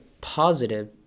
positive